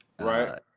Right